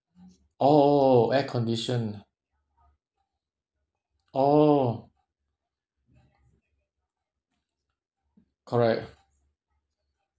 oh oh oh air condition oh correct